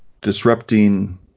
disrupting